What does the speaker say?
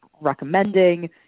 recommending